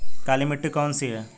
काली मिट्टी कौन सी है?